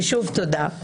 ושוב תודה.